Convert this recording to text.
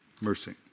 mercy